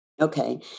Okay